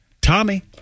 Tommy